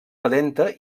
calenta